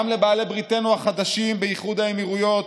גם לבעלי בריתנו החדשים באיחוד האמירויות,